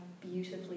beautifully